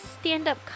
stand-up